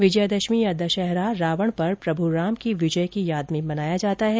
विजयादशमी या दशहरा रावण पर प्रभू राम की विजय की याद में मनाया जाता है